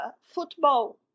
football